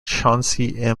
chauncey